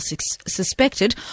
suspected